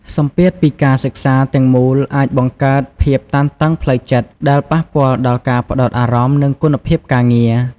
សម្ពាធពីការសិក្សាទាំងមូលអាចបង្កើតភាពតានតឹងផ្លូវចិត្ត ដែលប៉ះពាល់ដល់ការផ្តោតអារម្មណ៍ និងគុណភាពការងារ។